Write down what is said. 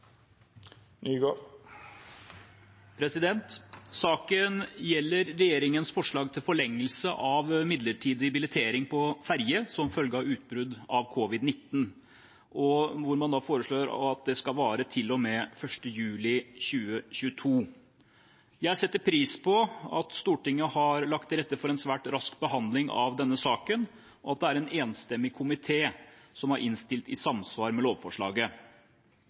Saken gjelder regjeringens forslag til forlengelse av midlertidig billettering på ferje som følge av utbrudd av covid-19, hvor man da foreslår at det skal vare til og med 1. juli 2022. Jeg setter pris på at Stortinget har lagt til rette for en svært rask behandling av denne saken, og at det er en enstemmig komité som har innstilt i samsvar med lovforslaget.